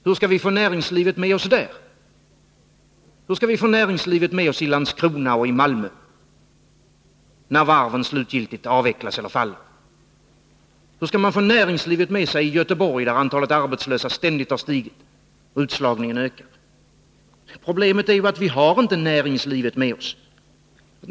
Hur skall vi få näringslivet med oss där? Hur skall vi få med oss näringslivet i Landskrona och i Malmö, när varven slutgiltigt avvecklats eller fallit? Hur skall man få näringslivet med sig i Göteborg, där antalet arbetslösa ständigt har stigit och utslagningen ökat? Problemet är ju att vi inte har näringslivet med oss.